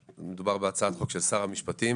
מדובר בהצעת חוק של שר המשפטים.